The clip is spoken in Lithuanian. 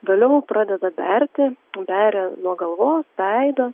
vėliau pradeda berti beria nuo galvos veidą